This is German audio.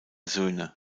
söhne